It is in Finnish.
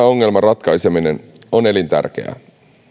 ongelman ratkaiseminen on elintärkeää